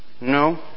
No